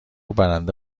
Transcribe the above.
برنده